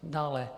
Dále.